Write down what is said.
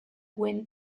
wind